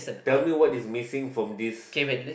tell me what is missing from this